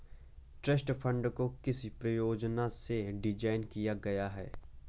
Trust fund को किस प्रयोजन से डिज़ाइन किया गया है?